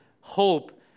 hope